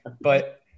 But-